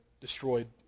destroyed